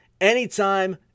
anytime